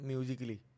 Musically